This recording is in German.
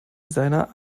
seiner